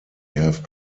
have